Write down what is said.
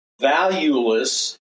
valueless